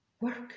work